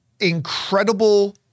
Incredible